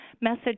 message